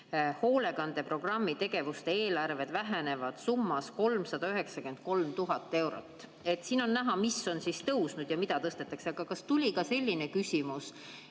hoolekandeprogrammi tegevuste eelarved vähenevad summas 393 000 eurot. Siin on näha, mis on siis tõusnud ja mida tõstetakse. Aga kas tuli ka selline küsimus,